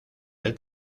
del